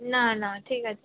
না না ঠিক আছে